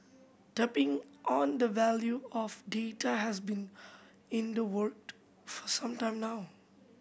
tapping on the value of data has been in the worked for some time now